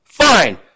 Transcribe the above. fine